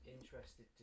interested